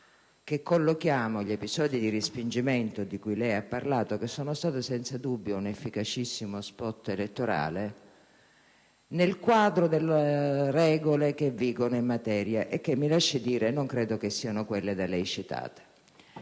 collocare gli episodi di respingimento di cui lei ha parlato, che sono stati senza dubbio un efficacissimo *spot* elettorale, nel quadro delle regole che vigono in materia e che - mi lasci dire - non credo siano quelle da lei citate.